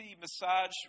massage